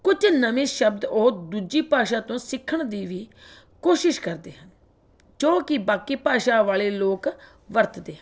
ਕੁਝ ਨਵੇਂ ਸ਼ਬਦ ਉਹ ਦੂਜੀ ਭਾਸ਼ਾ ਤੋਂ ਸਿੱਖਣ ਦੀ ਵੀ ਕੋਸ਼ਿਸ਼ ਕਰਦੇ ਹਨ ਜੋ ਕਿ ਬਾਕੀ ਭਾਸ਼ਾ ਵਾਲੇ ਲੋਕ ਵਰਤਦੇ ਹਨ